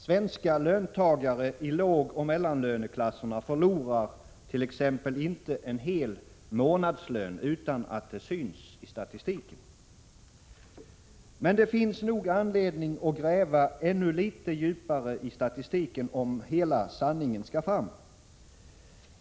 Svenska löntagare i lågoch mellanlöneklasserna förlorar t.ex. inte en hel månadslön utan att det syns i statistiken. Det finns nog anledning att gräva ännu litet djupare i statistiken, om hela sanningen skall fram.